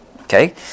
Okay